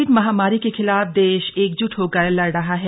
Covid महामारी के खिलाफ देश एकजुट होकर लड़ रहा है